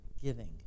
giving